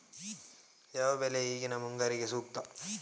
ಯಾವ ಬೆಳೆ ಈಗಿನ ಮುಂಗಾರಿಗೆ ಸೂಕ್ತ?